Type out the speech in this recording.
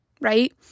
Right